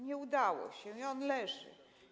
Nie udało się i on leży.